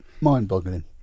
mind-boggling